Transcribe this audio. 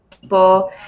people